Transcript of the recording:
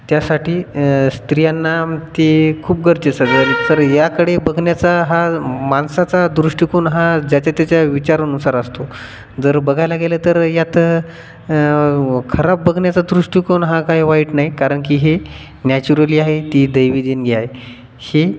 त्यासाठी स्त्रियांना ती खूप गरजेचं जर तर याकडे बघण्याचा हा माणसाचा दृष्टिकोन हा ज्याच्या त्याच्या विचारानुसार असतो जर बघायला गेलं तर यात खराब बघण्याचा दृष्टिकोन हा काय वाईट नाही कारण की हे नॅचरली आहे ती देैवी देणगी आहे हे